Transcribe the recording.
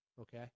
okay